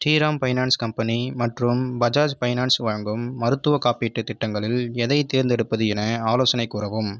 Sriram finance company மற்றும் Bajaj finance வழங்கும் மருத்துவக் காப்பீட்டுத் திட்டங்களில் எதைத் தேர்ந்தெடுப்பது என ஆலோசனை கூறவும்